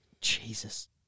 Jesus